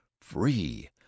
free